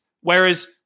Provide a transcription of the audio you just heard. Whereas